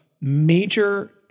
major